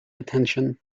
attention